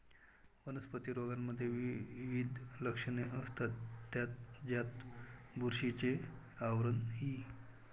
वनस्पती रोगांमध्ये विविध लक्षणे असतात, ज्यात बुरशीचे आवरण इ